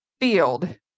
field